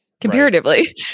comparatively